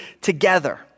together